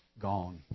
gone